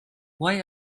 why